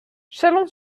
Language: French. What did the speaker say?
chalon